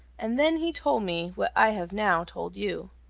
and then he told me what i have now told you.